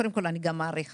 קודם כל אני גם מעריכה,